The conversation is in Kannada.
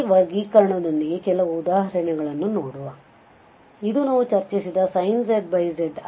ಈ ವರ್ಗೀಕರಣದೊಂದಿಗೆ ಕೆಲವು ಉದಾಹರಣೆಗಳನ್ನು ನೋಡಬಹುದು ಇದು ನಾವು ಚರ್ಚಿಸಿದ sin z z ಆಗಿದೆ